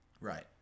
Right